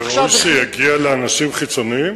שראוי שיגיע לאנשים חיצוניים?